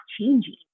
changing